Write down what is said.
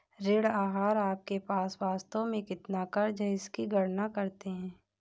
ऋण आहार आपके पास वास्तव में कितना क़र्ज़ है इसकी गणना करते है